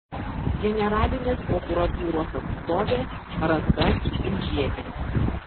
generalinės prokuratūros atstovė rasa stundžienė